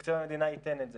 תקציב המדינה ייתן את זה,